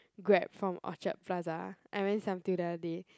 grab from Orchard Plaza I went Siam Diu the other day